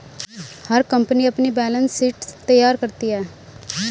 हर company अपनी balance sheet तैयार करती है